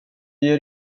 ger